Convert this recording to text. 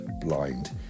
blind